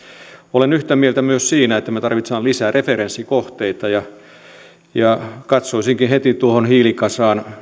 olen yhtä mieltä myös siitä että me tarvitsemme lisää referenssikohteita ja katsoisinkin heti tuohon hiilikasaan